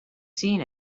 seen